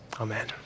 Amen